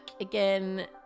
again